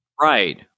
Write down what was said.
right